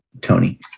Tony